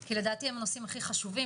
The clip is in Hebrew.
כי לדעתי הם הנושאים הכי חשובים.